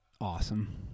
awesome